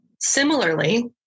Similarly